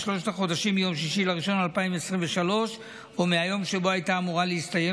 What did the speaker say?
בשלושה חודשים מיום 6 ינואר 2023 או מהיום שבו הייתה אמורה להסתיים,